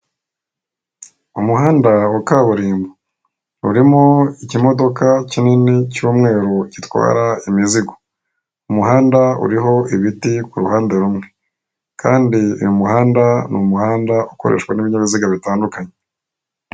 Umuhanda wa kaburimbo, urimo ikimodoka kinini cy'umweru gitwara imizigo, umuhanda uriho ibiti ku ruhande rumwe kandi uyu umuhanda ni umuhanda ukoreshwa n'ibinyabiziga bitandukanye.